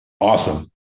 awesome